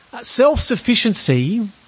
Self-sufficiency